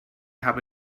habe